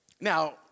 Now